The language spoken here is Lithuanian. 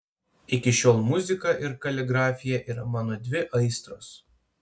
iki šiol muzika ir kaligrafija yra mano dvi aistros